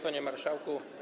Panie Marszałku!